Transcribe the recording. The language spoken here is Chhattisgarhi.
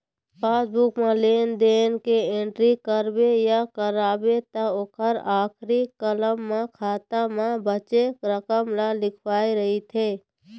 पासबूक म लेन देन के एंटरी कराबे या करबे त ओखर आखरी कालम म खाता म बाचे रकम ह लिखाए रहिथे